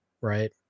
right